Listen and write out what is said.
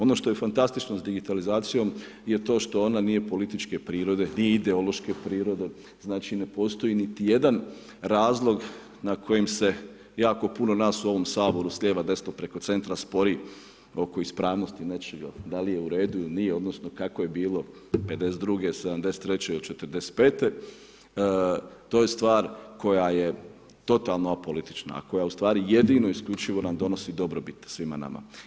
Ono što je fantastično s digitalizacijom je to što ona nije političke prirode, nije ideološke prirode, znači ne postoji niti jedan razlog na kojem se jako puno nas u ovom Saboru, s lijeva, desna, preko centra spori oko ispravnosti nečega da li je u redu ili nije, odnosno kako je bilo '52., '73. ili '45. to je stvar koja je totalno apolitična a koja ustvari jedino i isključivo nam donosi dobrobit svima nama.